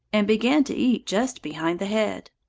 and began to eat just behind the head.